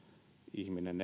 ihminen